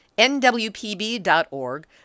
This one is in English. nwpb.org